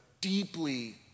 deeply